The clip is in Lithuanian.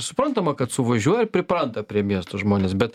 suprantama kad suvažiuoja ir pripranta prie miesto žmonės bet